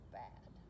bad